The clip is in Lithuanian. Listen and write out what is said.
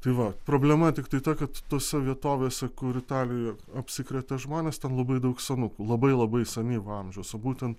tai va problema tiktai ta kad tose vietovėse kur italija apsikrėtė žmonės ten labai daug senukų labai labai senyvo amžiaus o būtent